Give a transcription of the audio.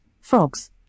frogs